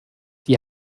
die